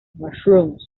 mushrooms